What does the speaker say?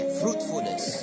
fruitfulness